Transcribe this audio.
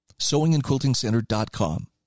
SewingAndQuiltingCenter.com